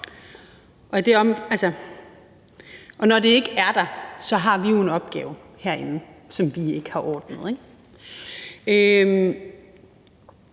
og når det ikke er der, har vi herinde jo en opgave, som vi ikke har ordnet,